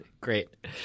great